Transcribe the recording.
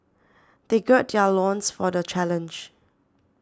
they gird their loins for the challenge